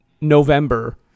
November